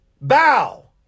bow